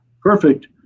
perfect